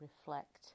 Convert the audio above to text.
reflect